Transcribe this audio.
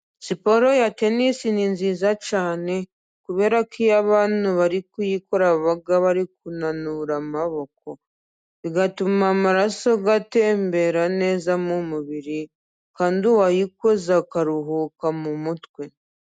Siporo ya tenisi ni nziza cyane kuberako iyo abantu bari kuyikora baba bari kunanura amaboko, bigatuma amaraso atembera neza mu mubiri, kandi uwayikoze akaruhuka mu mutwe.